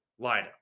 lineup